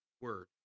word